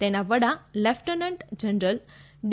તેના વડા lieutenant general D